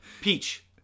Peach